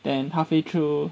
then halfway through